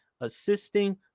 assisting